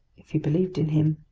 if he believed in him,